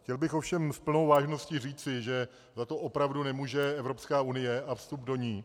Chtěl bych ovšem s plnou vážností říci, že za to opravdu nemůže Evropská unie a vstup do ní.